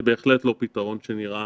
זה בהחלט לא פתרון שנראה